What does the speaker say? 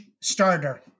starter